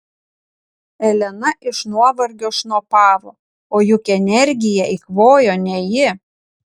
elena iš nuovargio šnopavo o juk energiją eikvojo ne ji